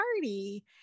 party